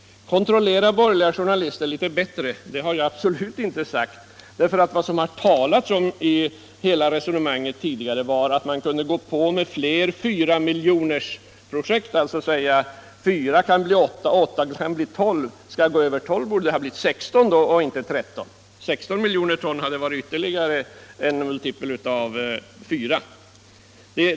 Det har jag absolut inte sagt — kontrollera de borgerliga journalisterna bättre. Det har talats om att man skulle kunna gå vidare med flera fyramiljonersprojekt så att det ökar från 4 till 8 och från 8 till 12. Men skall man öka därutöver blir det 16 och inte 13. Det är 16 som är en multipel av 4.